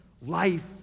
life